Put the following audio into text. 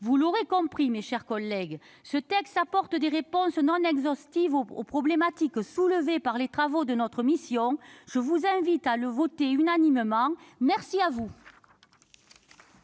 Vous l'aurez compris, mes chers collègues, ce texte apporte des réponses non exhaustives aux problématiques soulevées par les travaux de notre mission. Je vous invite à le voter unanimement. La parole